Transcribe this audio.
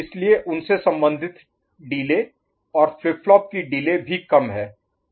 इसलिए उनसे सम्बंधित डिले और फ्लिप फ्लॉप की डिले भी कम है